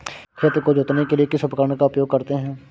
खेत को जोतने के लिए किस उपकरण का उपयोग करते हैं?